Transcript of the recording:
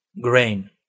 Grain